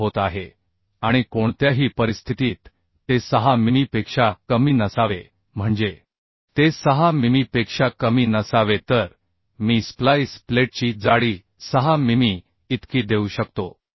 09 होत आहे आणि कोणत्याही परिस्थितीत ते 6 मिमी पेक्षा कमी नसावे म्हणजे ते 6 मिमी पेक्षा कमी नसावे तर मी स्प्लाइस प्लेटची जाडी 6 मिमी इतकी देऊ शकतो